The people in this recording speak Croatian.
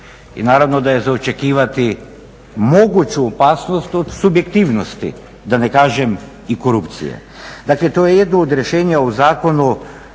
i naravno da je za očekivati moguću opasnost od subjektivnosti, da ne kažem i korupcije. Dakle to je jedno od rješenja u zakonu